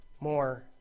more